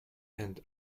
and